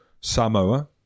Samoa